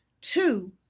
Two